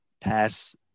Pass